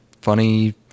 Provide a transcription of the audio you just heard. funny